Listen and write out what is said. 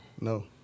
No